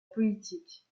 politique